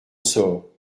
sort